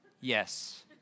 Yes